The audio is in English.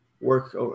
Work